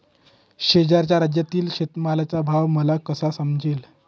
शेजारच्या राज्यातील शेतमालाचा भाव मला कसा समजेल?